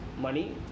money